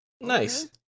Nice